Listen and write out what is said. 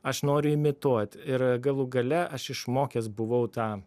aš noriu imituot ir galų gale aš išmokęs buvau tą